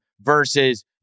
versus